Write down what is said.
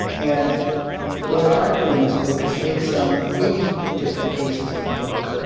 and what i tried to do in this book is take some eighty different cases in the book,